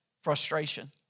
frustration